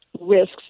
risks